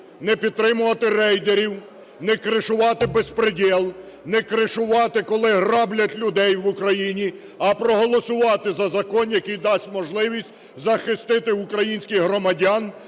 не підтримувати рейдерів, не "кришувати" беспрєдєл, не "кришувати", коли граблять людей в Україні, а проголосувати за закон, який дасть можливість захистити українських громадян,